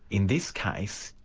in this case,